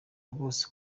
rwose